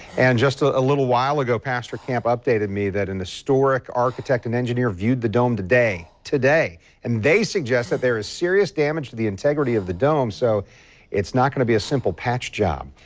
and just a little while ago, pastor camp updated me that an historic architect and engineer viewed the dome today today and they suggest that there is serious damage to the integrity of the dome so it's not going to be a simple patch job.